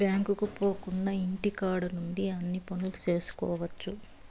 బ్యాంకుకు పోకుండా ఇంటికాడ నుండి అన్ని పనులు చేసుకోవచ్చు